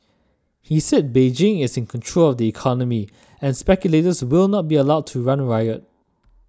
he said Beijing is in control of the economy and speculators will not be allowed to run riot